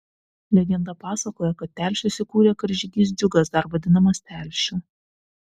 legenda pasakoja kad telšius įkūrė karžygys džiugas dar vadinamas telšiu